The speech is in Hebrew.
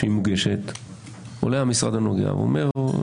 כשהיא מוגשת עולה המשרד הנוגע בדבר ואומר לי: